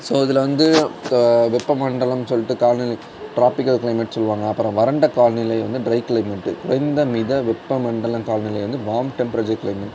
so இதில் வந்து இப்போ வெப்ப மண்டலம் சொல்லிட்டு காலநிலை டிராபிகல் கிளைமேட் சொல்வாங்க அப்புறம் வறண்ட கால நிலை வந்து டிரை கிளைமேட்டு குறைந்த மித வெப்ப மண்டல காலநிலை வந்து வாம் டெம்பரேச்சர் கிளைமேட்